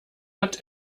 hat